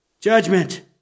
judgment